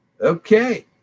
Okay